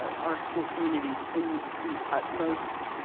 our school communities in the utmost